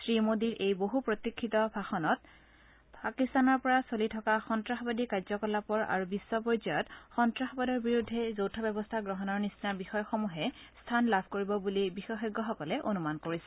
শ্ৰীমোদীৰ এই বহু প্ৰতীফিত ভাষণত পাকিস্তানৰ পৰা চলি থকা সন্তাসবাদী কাৰ্যকলাপৰ আৰু বিশ্বপৰ্যায়ত সন্তাসবাদৰ বিৰুদ্ধে যৌথ ব্যৱস্থা গ্ৰহণৰ নিচিনা বিষয়সমূহে স্থান লাভ কৰিব বুলি বিশেষজ্ঞসকলে অনুমান কৰিছে